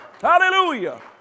Hallelujah